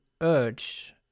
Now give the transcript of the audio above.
urge